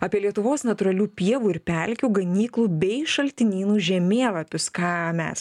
apie lietuvos natūralių pievų ir pelkių ganyklų bei šaltinynų žemėlapius ką mes